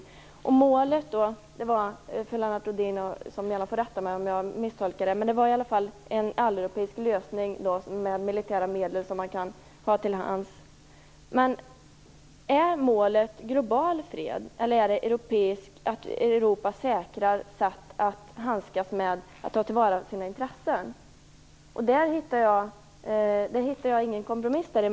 Som jag minns det var målet - Lennart Rohdin får gärna rätta mig om jag har misstolkat det - en alleuropeisk lösning med militära medel som man kan ha till hands. Men är målet global fred, eller är det att Europa säkrar sätt att ta till vara sina intressen? Däremellan kan jag inte hitta någon kompromiss.